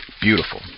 beautiful